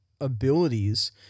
abilities